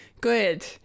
good